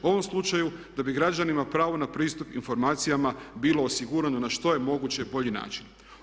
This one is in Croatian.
U ovom slučaju da bi građanima pravo na pristup informacijama bilo osigurano na što je moguće bolji način.